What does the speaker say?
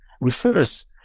refers